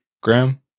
Graham